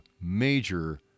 major